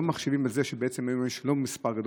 לא מחשיבים את זה שהיום יש מספר לא גדול